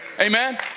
Amen